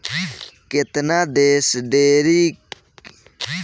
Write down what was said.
केतना देश डेयरी के बड़ पैमाना पर उत्पादन करेलन सन औरि ढेरे फायदा उठावेलन सन